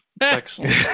Excellent